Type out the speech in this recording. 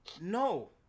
No